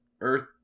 earth